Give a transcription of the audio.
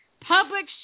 public